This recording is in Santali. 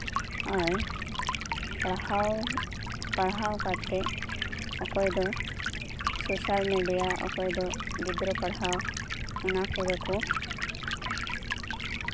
ᱟᱨ ᱯᱟᱲᱦᱟᱣ ᱠᱟᱛᱮ ᱚᱠᱚᱭ ᱫᱚ ᱥᱳᱥᱟᱞ ᱢᱮᱰᱤᱭᱟ ᱚᱠᱚᱭ ᱫᱚ ᱜᱤᱫᱽᱨᱟᱹ ᱯᱟᱲᱦᱟᱣ ᱚᱱᱟ ᱠᱚᱨᱮ ᱠᱚ